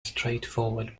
straightforward